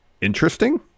interesting